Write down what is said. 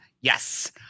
Yes